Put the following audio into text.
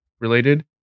related